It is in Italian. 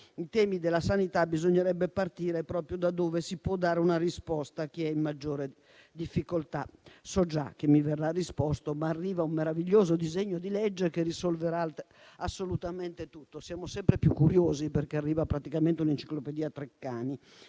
i temi della sanità, bisognerebbe partire proprio da dove si può dare una risposta a chi è in maggiore difficoltà. So già che mi verrà risposto che sta arrivando un meraviglioso disegno di legge che risolverà assolutamente tutto. Siamo sempre più curiosi, perché arriva praticamente un'enciclopedia Treccani,